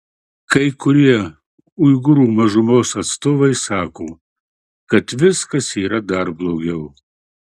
kai kurie uigūrų mažumos atstovai sako kad viskas yra dar blogiau